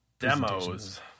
Demos